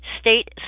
State